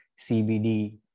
CBD